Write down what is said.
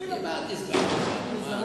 מלכתחילה לזרז את המזורזים.